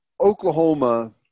oklahoma